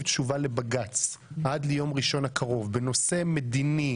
תשובה לבג"ץ עד יום ראשון הקרוב בנושא מדיני